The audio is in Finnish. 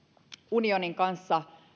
unionin kanssa